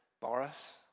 Boris